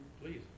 please